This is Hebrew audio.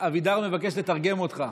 אבידר מבקש לתרגם אותך.